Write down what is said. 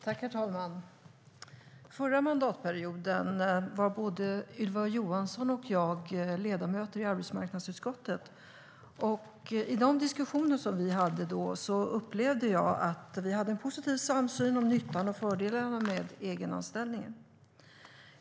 Herr talman! Förra mandatperioden var både Ylva Johansson och jag ledamöter i arbetsmarknadsutskottet. I de diskussioner som vi hade då upplevde jag att vi hade en positiv samsyn om nyttan och fördelarna med egenanställning.